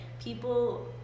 people